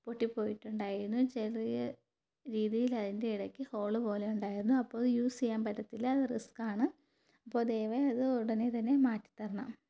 പൊട്ടിപ്പോയിട്ടുണ്ടായിരുന്നു ചെറിയ രീതിയിൽ അതിൻ്റെ ഇടയ്ക്ക് ഹോൾ പോലെയുണ്ടായിരുന്നു അപ്പോൾ അത് യൂസ് ചെയ്യാൻ പറ്റത്തില്ല അത് റിസ്കാണ് അപ്പോൾ ദയവായി അത് ഉടനെ തന്നെ മാറ്റിത്തരണം